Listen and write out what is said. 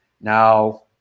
Now